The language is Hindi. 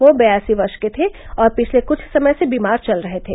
वह बयासी वर्ष के थे और पिछले कुछ समय से बीमार चल रहे थे